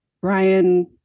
Brian